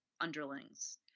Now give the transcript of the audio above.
underlings